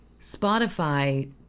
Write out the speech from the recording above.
Spotify